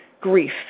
grief